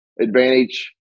advantage